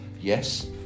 yes